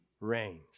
reigns